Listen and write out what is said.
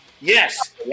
Yes